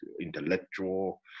intellectual